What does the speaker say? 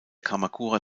kamakura